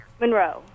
Monroe